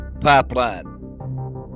pipeline